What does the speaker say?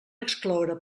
excloure